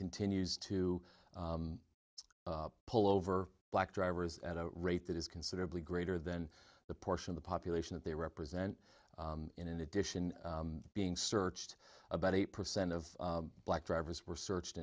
continues to pull over black drivers at a rate that is considerably greater than the portion of the population that they represent in addition to being searched about eight percent of black drivers were searched